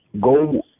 go